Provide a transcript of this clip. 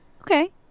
okay